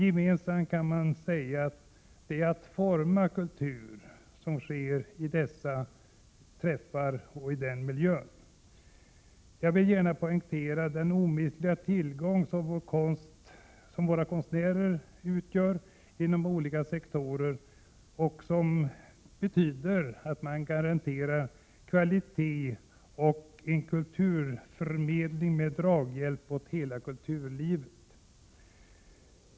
Gemenskap, kan man säga, är att forma och uppleva kultur, såsom sker vid dessa träffar och i denna miljö. Jag vill gärna poängtera den omistliga tillgång som våra konstnärer inom olika sektorer av kulturlivet utgör för att ge kvalitetsmässigt god kulturförmedling och draghjälp åt hela kulturlivet.